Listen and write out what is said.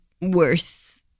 worth